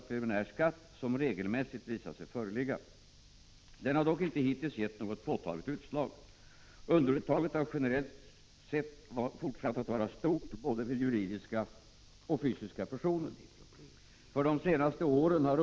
Preliminärskatteuttaget om 120 26 blir därmed automatiskt för lågt, eftersom man alltid tar till litet i underkant när man preliminärdeklarerar.